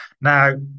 Now